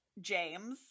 James